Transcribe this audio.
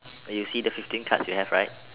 you see the fifteen cards you have right